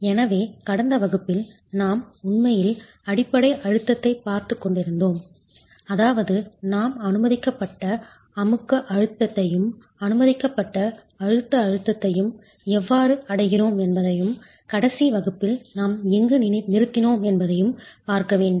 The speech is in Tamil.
எனவே கடந்த வகுப்பில் நாம் உண்மையில் அடிப்படை அழுத்தத்தைப் பார்த்துக் கொண்டிருந்தோம் அதாவது நாம் அனுமதிக்கப்பட்ட அமுக்க அழுத்தத்தையும் அனுமதிக்கப்பட்ட அழுத்த அழுத்தத்தை எவ்வாறு அடைகிறோம் என்பதையும் கடைசி வகுப்பில் நாம் எங்கு நிறுத்தினோம் என்பதையும் பார்க்க வேண்டும்